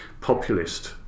populist